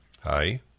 Hi